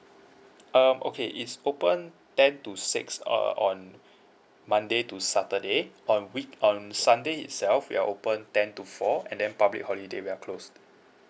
um okay it's open ten to six uh on monday to saturday on week on sunday itself we are open ten to four and then public holiday we are closed